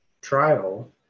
trial